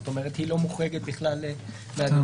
היא לא מוחרגת בכלל מזה.